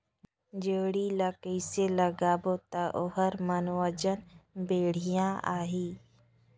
जोणी ला कइसे लगाबो ता ओहार मान वजन बेडिया आही?